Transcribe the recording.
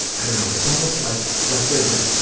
i dunno, it's almost like, like there's a,